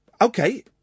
Okay